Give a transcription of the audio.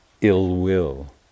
ill-will